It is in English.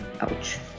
Ouch